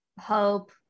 Hope